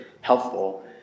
helpful